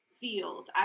field